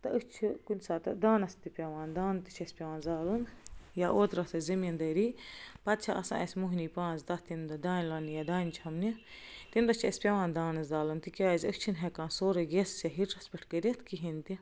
تہٕ أسۍ چھِ کُنہِ ساتہٕ دآنس تہِ پیٚوان دآن تہِ چھُ اسہِ پیٚوان زالُن یا اوترٕ ٲس اسہِ زمیٖندٲری پتہٕ چھِ آسان اسہِ مٔہنی پانٛژھ دٔہ تمہِ دۄہ دانہِ لوننہِ یا دانہِ چھۄنٛبنہِ تمہِ دۄہ چھِ اسہِ پیٚوان دانَس زالُن تِکیازِ أسۍ چھِنہِ ہیٚکان سورٕے گیسَس یا ہیٹرس پٮ۪ٹھ کٔرِتھ کہیٖنۍ تہِ